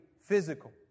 physical